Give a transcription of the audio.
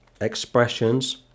expressions